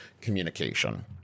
communication